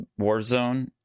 Warzone